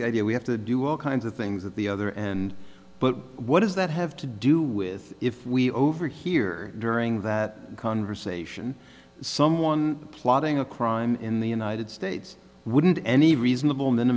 the idea we have to do all kinds of things that the other and what does that have to do with if we overhear during that conversation someone plotting a crime in the united states wouldn't any reasonable